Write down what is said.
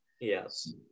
Yes